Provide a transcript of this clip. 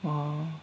oh